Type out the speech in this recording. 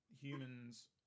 humans